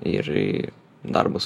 ir į darbus